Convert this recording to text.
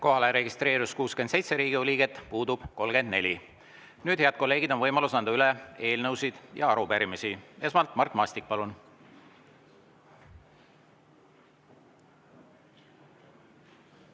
Kohalolijaks registreerus 67 Riigikogu liiget, puudub 34. Nüüd, head kolleegid, on võimalus anda üle eelnõusid ja arupärimisi. Esmalt Mart Maastik, palun!